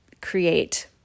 create